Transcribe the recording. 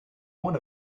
one